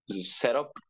setup